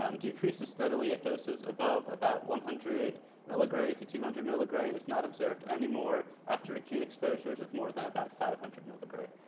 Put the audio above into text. um decreases steadily at doses above about one hundred milligray to two hundred milligray and is not observed anymore after acute exposures of more than about five hundred milligray.